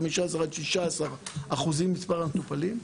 כ-15%-16% ממספר המטופלים,